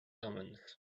omens